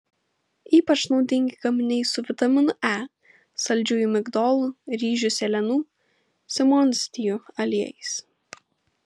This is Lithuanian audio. ypač naudingi gaminiai su vitaminu e saldžiųjų migdolų ryžių sėlenų simondsijų aliejais